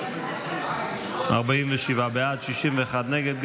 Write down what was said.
60 נגד.